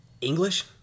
English